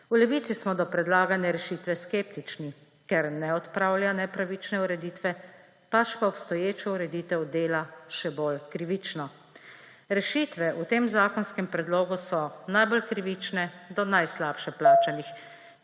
V Levici smo do predlagane rešitve skeptični, ker ne odpravlja nepravične ureditve, pač pa obstoječo ureditev dela še bolj krivično. Rešitve v tem zakonskem predlogu so najbolj krivične do najslabše plačanih,